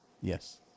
Yes